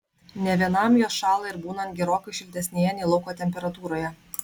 ne vienam jos šąla ir būnant gerokai šiltesnėje nei lauko temperatūroje